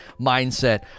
mindset